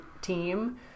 team